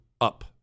up